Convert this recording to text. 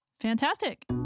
Fantastic